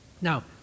Now